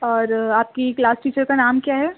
اور آپ کی کلاس ٹیچر کا نام کیا ہے